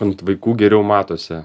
ant vaikų geriau matosi